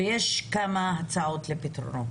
יש להם כמה הצעות לפתרונות,